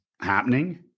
happening